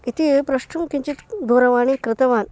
इति प्रष्टुं किञ्चित् दूरवाणी कृतवती